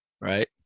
right